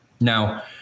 Now